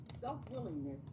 self-willingness